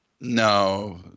No